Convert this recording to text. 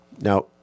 Now